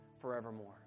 forevermore